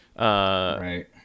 right